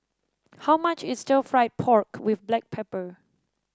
how much is Stir Fried Pork with Black Pepper